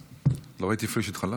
סליחה, לא ראיתי אפילו שהתחלפתם.